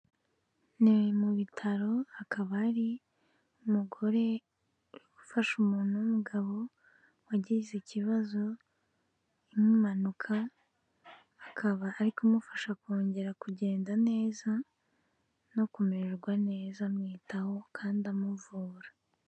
Ni mu bitaro hakaba ari umugore uri gufasha umuntu w'umugabo, wagize ikibazo nk'impanuka, akaba ari kumufasha kongera kugenda neza no kumererwa neza amwitaho kandi amuvura.